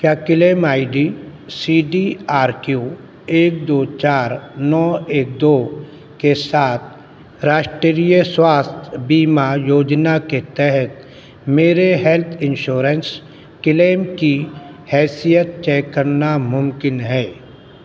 کیا claim I D C T R Q ایک دو چار نو ایک دو کے ساتھ راشٹریہ سواستھ بیمہ یوجنا کے تحت میرے ہیلتھ انشورنس کلیم کی حیثیت چیک کرنا ممکن ہے